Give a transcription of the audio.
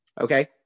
Okay